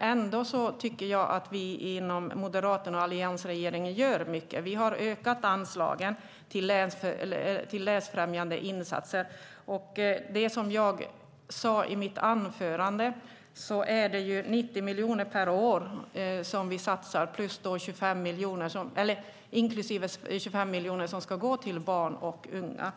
jag tycker ändå att vi inom Moderaterna och alliansregeringen gör mycket. Vi har ökat anslagen till läsfrämjande insatser. Som jag sade i mitt anförande satsar vi 90 miljoner per år inklusive de 25 miljoner som ska gå till barn och unga.